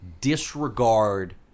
disregard